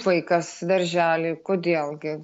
vaikas daržely kodėl gi